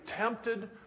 tempted